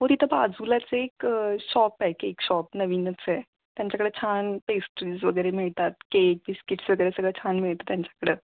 हो तिथं बाजूलाच एक शॉप आहे केक शॉप नवीनच आहे त्यांच्याकडं छान पेस्ट्रीज वगैरे मिळतात केक बिस्किट्स वगैरे सगळं छान मिळतं त्यांच्याकडं